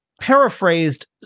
paraphrased